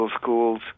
schools